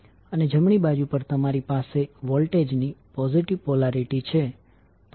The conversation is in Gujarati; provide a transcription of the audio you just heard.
અને જમણી બાજુ પર તમારી પાસે વોલ્ટેજ ની પોઝિટિવ પોલારીટી છે